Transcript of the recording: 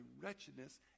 wretchedness